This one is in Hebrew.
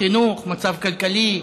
חינוך, מצב כלכלי,